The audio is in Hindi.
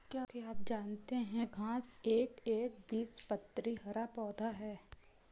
क्या आप जानते है घांस एक एकबीजपत्री हरा पौधा है?